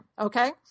Okay